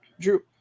Drew